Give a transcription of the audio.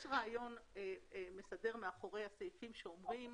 יש רעיון מסדר מאחורי הסעיפים שאומרים